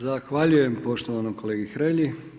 Zahvaljujem poštovanom kolegi Hrelja.